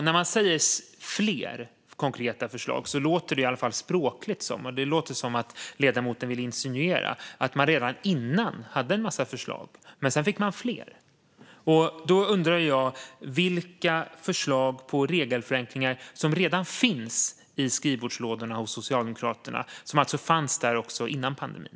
När man säger fler konkreta förslag låter det språkligt som att ledamoten vill insinuera att man redan innan hade en mängd förslag, och sedan fick man fler. Vilka förslag på regelförenklingar finns redan i skrivbordslådorna hos Socialdemokraterna som alltså fanns där också innan pandemin?